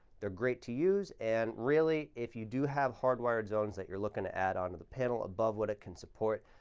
they're great to use. and really, if you do have hardwired zones that you're looking to add onto the panel above what it can support,